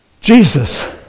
Jesus